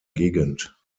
gegend